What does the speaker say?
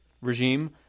regime